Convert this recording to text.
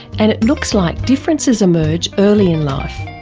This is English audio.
and it looks like differences emerge early in life.